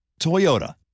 Toyota